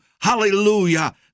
Hallelujah